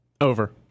over